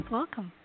welcome